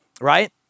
right